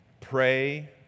pray